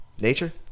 Nature